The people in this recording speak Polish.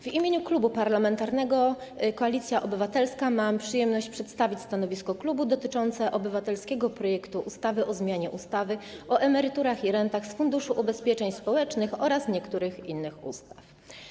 W imieniu Klubu Parlamentarnego Koalicja Obywatelska mam przyjemność przedstawić stanowisko klubu dotyczące obywatelskiego projektu ustawy o zmianie ustawy o emeryturach i rentach z Funduszu Ubezpieczeń Społecznych oraz niektórych innych ustaw.